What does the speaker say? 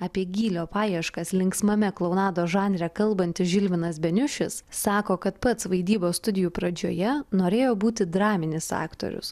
apie gylio paieškas linksmame klounados žanre kalbantis žilvinas beniušis sako kad pats vaidybos studijų pradžioje norėjo būti draminis aktorius